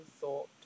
thought